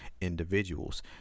individuals